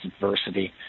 adversity